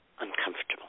uncomfortable